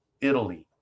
Italy